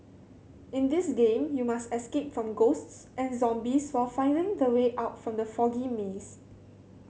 in this game you must escape from ghosts and zombies while finding the way out from the foggy maze